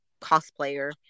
cosplayer